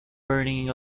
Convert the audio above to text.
burning